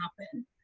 happen